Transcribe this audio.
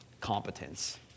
competence